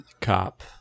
cop